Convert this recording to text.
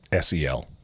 SEL